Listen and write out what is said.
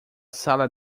sala